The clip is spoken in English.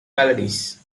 melodies